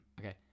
okay